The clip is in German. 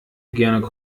gerne